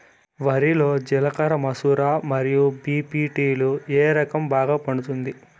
వరి లో జిలకర మసూర మరియు బీ.పీ.టీ లు ఏ రకం బాగా పండుతుంది